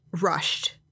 rushed